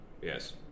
Yes